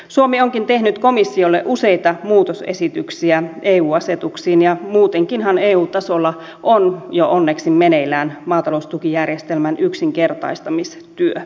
suomi onkin tehnyt komissiolle useita muutosesityksiä eu asetuksiin ja muutenkinhan eu tasolla on jo onneksi meneillään maataloustukijärjestelmän yksinkertaistamistyö